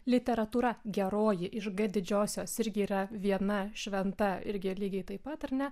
literatūra geroji iš g didžiosios irgi yra viena šventa irgi lygiai taip pat ar ne